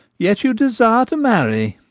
yet you desire to marry.